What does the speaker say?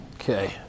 Okay